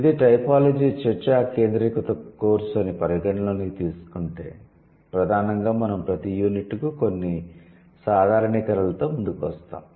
ఇది టైపోలాజీ చర్చా కేంద్రీకృత కోర్సు అని పరిగణనలోకి తీసుకుంటే ప్రధానంగా మనం ప్రతి యూనిట్కు కొన్ని సాధారణీకరణలతో ముందుకు వస్తాము